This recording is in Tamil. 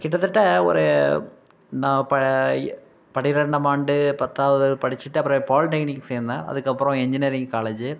கிட்டத்தட்ட ஒரு நான் பழைய பன்னிரெண்டாம் ஆண்டு பத்தாவது படிச்சிவிட்டு அப்புறம் பாலிடெக்னிக் சேர்ந்தேன் அதுக்கப்புறம் இன்ஜினியரிங் காலேஜு